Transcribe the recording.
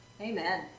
Amen